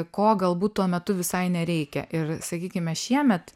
ko galbūt tuo metu visai nereikia ir sakykime šiemet